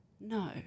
no